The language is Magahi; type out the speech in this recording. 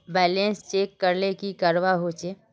बैलेंस चेक करले की करवा होचे?